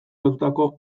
lotutako